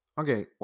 Okay